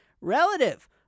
relative